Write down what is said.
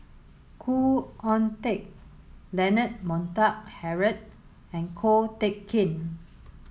Khoo Oon Teik Leonard Montague Harrod and Ko Teck Kin